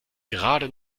gerade